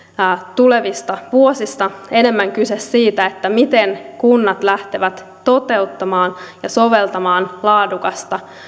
tulevista vuosista enemmän kyse siitä miten kunnat lähtevät toteuttamaan ja soveltamaan laadukasta